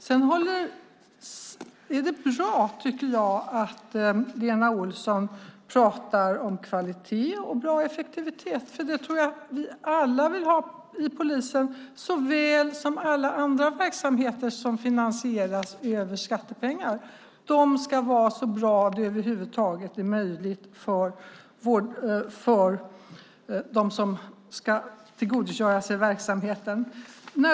Jag tycker att det är bra att Lena Olsson talar om kvalitet och effektivitet. Det tror jag att vi alla vill ha såväl vid polisen som vid alla andra verksamheter som finansieras över skattepengar. Det ska vara så bra det över huvud taget är möjligt för dem som ska tillgodogöra sig verksamheten.